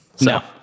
No